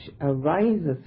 arises